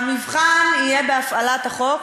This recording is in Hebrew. המבחן יהיה בהפעלת החוק,